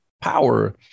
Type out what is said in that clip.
power